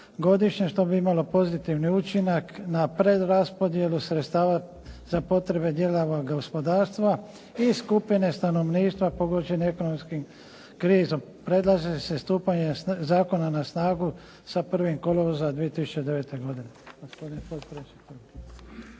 godišnje što bi imalo pozitivni učinak na preraspodjelu sredstava za potrebe dijelova gospodarstva i skupine stanovništva pogođene ekonomskom krizom. Predlaže se stupanje zakona na snagu sa 1. kolovoza 2009. godine.